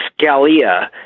Scalia